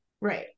Right